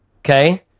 okay